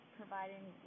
providing